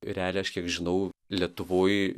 realiai aš kiek žinau lietuvoj